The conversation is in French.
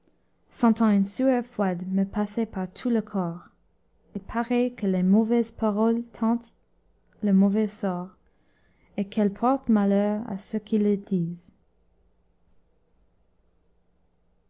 sueur froide me passer par tout le corps il paraît que les mauvaises paroles tentent le mauvais sort et qu'elles portent malheur à ceux qui les disent